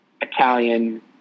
italian